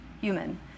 human